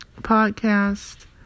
podcast